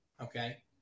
Okay